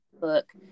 book